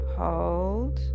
hold